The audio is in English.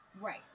right